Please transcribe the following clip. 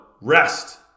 rest